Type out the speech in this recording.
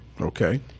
Okay